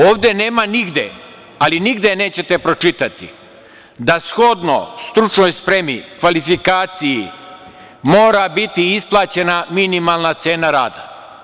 Ovde nema nigde, ali nigde nećete pročitati da shodno stručnoj spremi, kvalifikaciji, mora biti isplaćena minimalna cena rada.